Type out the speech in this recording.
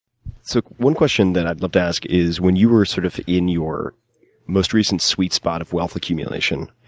so, one question that i'd love to ask is, when you were sort of in your most recent sweet spot of wealth accumulation,